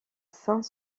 saint